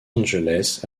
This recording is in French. angeles